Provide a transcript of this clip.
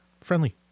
friendly